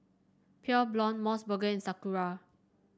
Pure Blonde MOS burger and Sakura